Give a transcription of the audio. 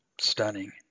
stunning